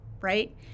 right